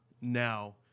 now